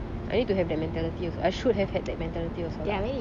I need to have the mentality I should have had that mentality also